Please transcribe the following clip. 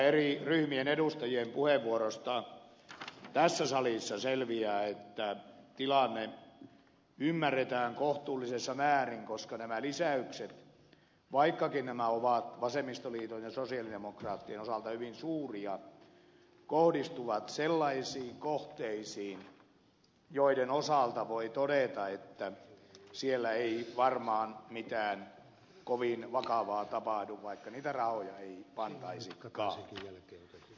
eri ryhmien edustajien puheenvuoroista tässä salissa selviää että tilanne ymmärretään kohtuullisessa määrin koska nämä lisäykset vaikkakin nämä ovat vasemmistoliiton ja sosialidemokraattien osalta hyvin suuria kohdistuvat sellaisiin kohteisiin joiden osalta voi todeta että siellä ei varmaan mitään kovin vakavaa tapahdu vaikka niitä rahoja ei pantaisikaan